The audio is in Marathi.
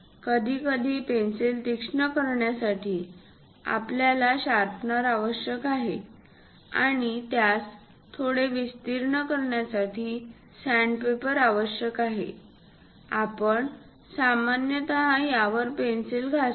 कधीकधी पेन्सिल तीक्ष्ण करण्यासाठी आपल्याला शार्पनर आवश्यक आहे आणि त्यास थोडे विस्तीर्ण करण्यासाठी सॅण्ड पेपर आवश्यक आहे आपण सामान्यत यावर पेन्सिल घासतो